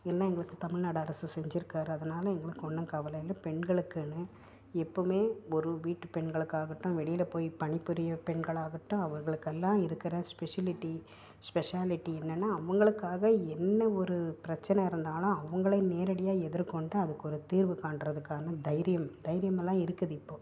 எல்லாம் எங்களுக்கு தமிழ்நாடு அரசு செஞ்சிருக்காரு அதனால எங்களுக்கு ஒன்றும் கவலை இல்லை பெண்களுக்குன்னு எப்பவுமே ஒரு வீட்டு பெண்களுக்காகட்டும் வெளியில் போய் பணி புரிகிற பெண்களாகட்டும் அவர்களுக்கெல்லாம் இருக்கிற ஸ்பெஷிலிட்டி ஸ்பெஷாலிட்டி என்னென்னா அவங்களுக்காக என்ன ஒரு பிரச்சனை இருந்தாலும் அவங்களே நேரடியாக எதிர்கொண்டு அதுக்கு ஒரு தீர்வு காண்கிறதுக்கான தைரியம் தைரியமெல்லாம் இருக்குது இப்போது